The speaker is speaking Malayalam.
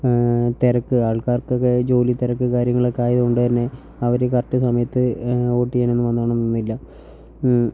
തിരക്ക് ആൾക്കാർക്കൊക്കെ ജോലിത്തിരക്ക് കാര്യങ്ങളൊക്കെ ആയതുകൊണ്ടുതന്നെ അവർ കറക്റ്റ് സമയത്ത് ഓട്ട് ചെയ്യണമെന്നൊന്നും ഇല്ല